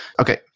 Okay